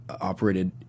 operated